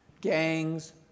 gangs